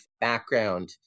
background